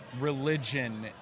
religion